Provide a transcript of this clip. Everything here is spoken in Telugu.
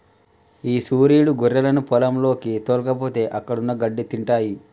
ఈ సురీడు గొర్రెలను పొలంలోకి తోల్కపోతే అక్కడున్న గడ్డి తింటాయి